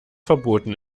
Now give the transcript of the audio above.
verboten